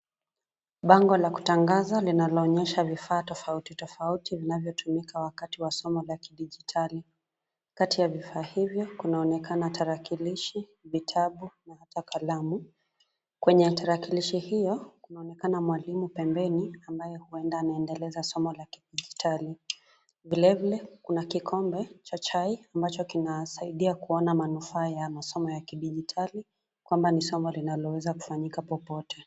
Bango la kutangaza linaloonyesha vifaa tofauti tofauti vinavyotumika wakati wa somo la kidigitali. Kati ya vifaa hivyo kunaonekana tarakilishi, vitabu na hata kalamu. Kwenye tarakilishi hiyo kunaonekana mwalimu pembeni ambaye huenda anaendeleza somo la kidigitali. Vilevile kuna kikombe cha chai ambacho kinasaidia kuona manufaa ya masomo ya kidigitali, kwamba ni somo linaloweza kufanyika popote.